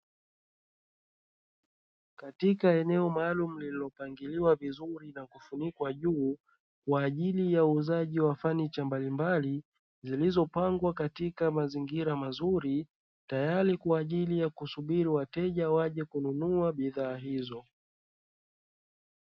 Katika eneo maalumu lililopangiliwa vizuri na kufunikwa juu kwa ajili ya uuzaji wa fanicha mbalimbali zilizopangwa katika mazingira mazuri, tayari kwa ajili ya kusubiri wateja waje kununua bidhaa hizo.